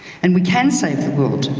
and we can save the world.